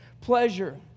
pleasure